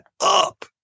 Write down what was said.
up